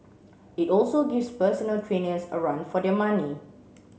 it also gives personal trainers a run for their money